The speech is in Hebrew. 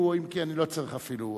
בן-סימון (העבודה): 4 אלכס מילר (ישראל ביתנו):